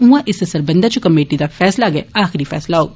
उआं इस सरबंधै च कमेटी दा फैसला गै आखरी फैसला होग